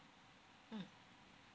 mm